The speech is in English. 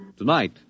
Tonight